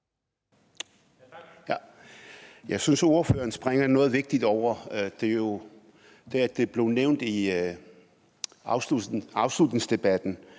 Jeg synes, ordføreren springer noget vigtigt over. Det, at det blev nævnt i afslutningsdebatten,